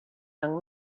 young